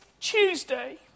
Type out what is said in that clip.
Tuesday